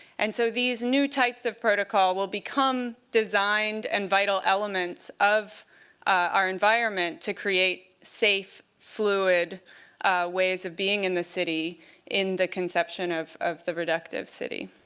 and so these new types of protocol will become designed and vital elements of our environment to create safe, fluid ways of being in the city in the conception of of the reductive city.